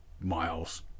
miles